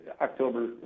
October